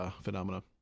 phenomena